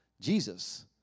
Jesus